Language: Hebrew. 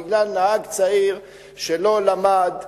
בגלל נהג צעיר שלא למד,